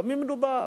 במי מדובר?